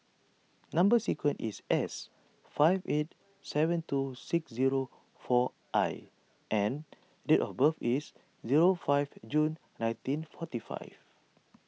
Number Sequence is S five eight seven two six zero four I and date of birth is zero five June nineteen forty five